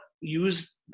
use